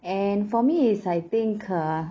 and for me is I think uh